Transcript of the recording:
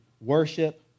worship